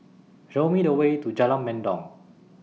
Show Me The Way to Jalan Mendong